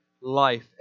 life